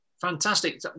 fantastic